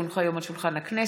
כי הונחו היום על שולחן הכנסת